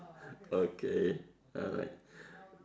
okay alright